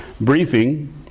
briefing